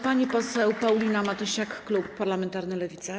Pani poseł Paulina Matysiak, klub parlamentarny Lewica.